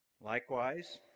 Likewise